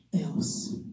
else